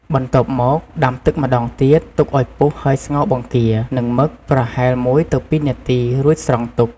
បន្ទាប់មកដាំទឹកម្ដងទៀត ទុកឱ្យពុះហើយស្ងោរបង្គា និងមឹក ប្រហែល ១ ទៅ ២នាទី រួចស្រង់ទុក។